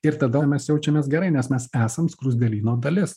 ir tada mes jaučiamės gerai nes mes esam skruzdėlyno dalis